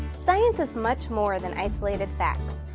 science is much more than isolated facts.